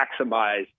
maximize